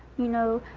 you know,